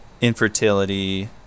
infertility